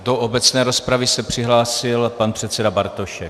Do obecné rozpravy se přihlásil pan předseda Bartošek.